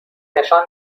نشان